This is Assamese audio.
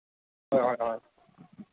হয় হয় হয়